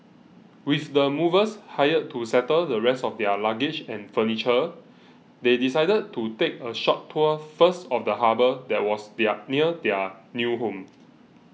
with the movers hired to settle the rest of their luggage and furniture they decided to take a short tour first of the harbour that was their near their new home